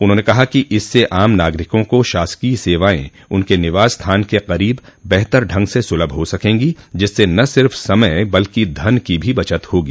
उन्होंने कहा कि इससे आम नागरिकों को शासकीय सेवाएं उनके निवास स्थान के करीब बेहतर ढंग से सुलभ हा सकेंगी जिससे न सिर्फ़ समय बल्कि धन की भी बचत होगी